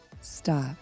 stop